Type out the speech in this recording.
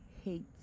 hate